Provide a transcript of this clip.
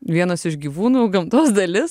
vienas iš gyvūnų gamtos dalis